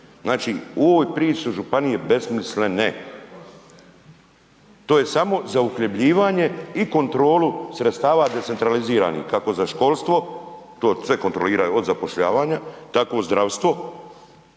Znači u ovoj priči su županije besmislene. I to je samo za uhljebljivanje i kontrolu sredstava decentraliziranih kako za školstvo, to sve kontrolira od zapošljavanja, tako zdravstvo,